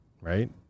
right